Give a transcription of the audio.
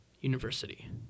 university